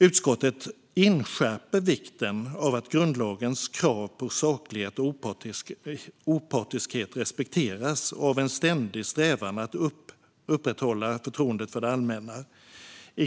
Utskottet inskärper vikten av att grundlagens krav på saklighet och opartiskhet respekteras och av en ständig strävan att upprätthålla förtroendet för det allmänna. Låt mig gå vidare.